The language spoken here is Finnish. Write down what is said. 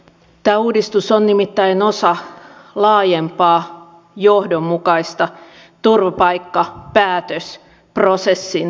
tämä uudistus on nimittäin osa laajempaa johdonmukaista turvapaikkapäätösprosessin keventämistä